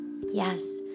Yes